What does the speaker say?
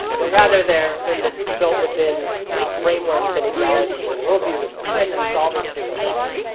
but rather, they're they're systems built within frameworks and ideologies and world views at the time that are solving particular problems.